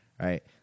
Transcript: right